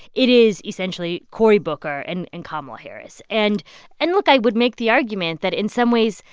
it is essentially cory booker and and kamala harris. and and look. i would make the argument that, in some ways,